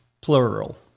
plural